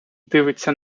дивиться